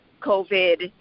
covid